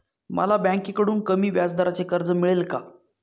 मला बँकेकडून कमी व्याजदराचे कर्ज मिळेल का?